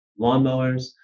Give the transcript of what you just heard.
lawnmowers